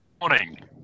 Morning